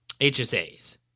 HSAs